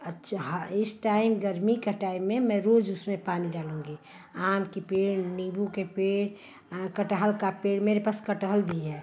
अच्छा हाँ इस टाइम गर्मी का टाइम है मैं रोज उसमें पानी डालूँगी आम की पेड़ नीम्बू के पेड़ कटहल का पेड़ मेरे पास कटहल भी है